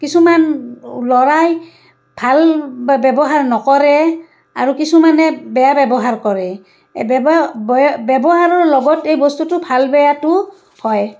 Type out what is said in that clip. কিছুমান ল'ৰাই ভাল বা ব্যৱহাৰ নকৰে আৰু কিছুমানে বেয়া ব্যৱহাৰ কৰে এই ব্য়ৱ ব্যৱহাৰৰ লগত এই বস্তুটো ভাল বেয়াটো হয়